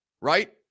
right